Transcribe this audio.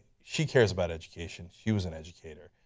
she cares about education, she was an educator,